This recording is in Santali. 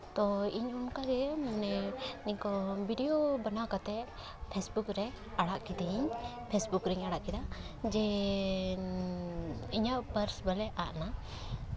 ᱛᱚ ᱤᱧ ᱚᱱᱠᱟᱜᱮ ᱢᱟᱱᱮ ᱱᱤᱝᱠᱟᱹ ᱵᱷᱤᱰᱭᱳ ᱵᱮᱱᱟᱣ ᱠᱟᱛᱮ ᱯᱷᱮᱥᱵᱩᱠ ᱨᱮ ᱟᱲᱟᱜ ᱠᱤᱫᱟᱹᱧ ᱯᱷᱮᱥᱵᱩᱠ ᱨᱮᱧ ᱟᱲᱟᱜ ᱠᱮᱫᱟ ᱡᱮ ᱤᱧᱟᱹᱜ ᱯᱟᱨᱥ ᱵᱚᱞᱮ ᱟᱫᱱᱟ